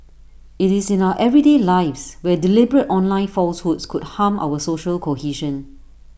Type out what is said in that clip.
IT is in our everyday lives where deliberate online falsehoods could harm our social cohesion